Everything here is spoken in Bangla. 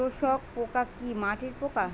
শোষক পোকা কি মাটির পোকা?